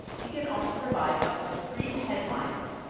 you can also provide up to three headlines,